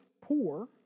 poor